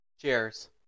Cheers